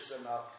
enough